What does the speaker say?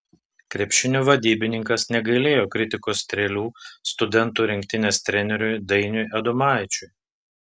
krepšinio vadybininkas negailėjo kritikos strėlių studentų rinktinės treneriui dainiui adomaičiui